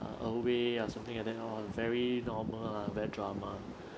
uh away or something like that lor all very normal ah very drama